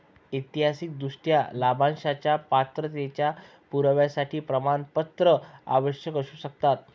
ऐतिहासिकदृष्ट्या, लाभांशाच्या पात्रतेच्या पुराव्यासाठी प्रमाणपत्रे आवश्यक असू शकतात